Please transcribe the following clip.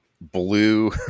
blue